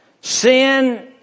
Sin